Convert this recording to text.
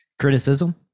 criticism